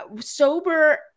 sober